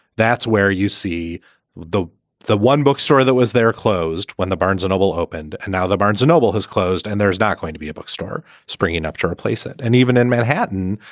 that's where you see the the one bookstore that was there closed when the barnes noble opened and now the barnes noble has closed. and there's not going to be a bookstore springing up to replace it. and even in manhattan,